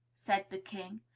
said the king,